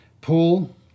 Paul